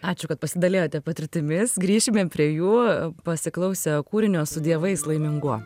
ačiū kad pasidalijote patirtimis grįšime prie jų pasiklausę kūrinio su dievais laiminguo